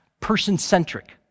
person-centric